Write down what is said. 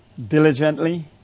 diligently